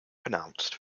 pronounced